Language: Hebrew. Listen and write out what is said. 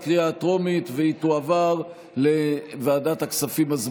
אם כן, 30 בעד, שבעה מתנגדים, אין נמנעים.